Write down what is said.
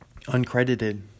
uncredited